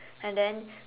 and then